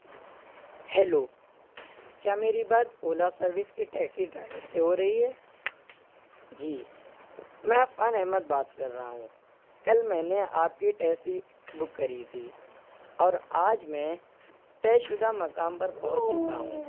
hello کیا میری بات اولا سروس کے ٹیکسی ڈرائیور سے ہو رہی ہے جی میں عفان احمد بات کر رہا ہوں کل میں نے آپ کی ٹیکسی بک کری تھی اور آج میں طے شدہ مقام پر پہنچ چکا ہوں